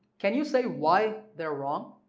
can you say why they're wrong?